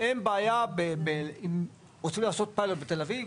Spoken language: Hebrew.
אין בעיה אם רוצים לעשות פיילוט בתל אביב.